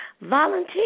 Volunteer